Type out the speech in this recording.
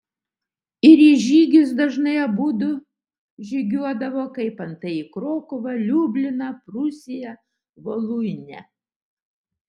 ir į žygius dažnai abudu žygiuodavo kaip antai į krokuvą liubliną prūsiją voluinę